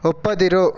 ಒಪ್ಪದಿರು